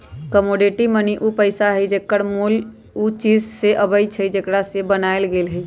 commodity money उ पइसा हइ जेकर मोल उ चीज से अबइ छइ जेकरा से बनायल गेल हइ